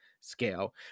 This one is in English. scale